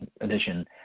Edition